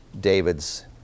David's